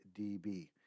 DB